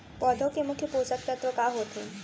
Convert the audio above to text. पौधे के मुख्य पोसक तत्व का होथे?